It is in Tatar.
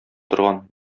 торган